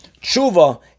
tshuva